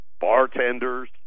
bartenders